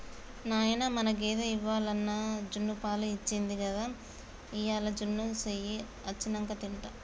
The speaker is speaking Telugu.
నాయనా మన గేదె ఇవ్వాల జున్నుపాలు ఇచ్చింది గదా ఇయ్యాల జున్ను సెయ్యి అచ్చినంక తింటా